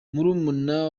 murumuna